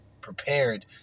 Prepared